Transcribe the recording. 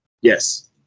Yes